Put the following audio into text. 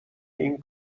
این